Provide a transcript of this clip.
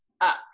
up